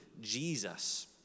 Jesus